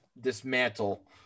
dismantle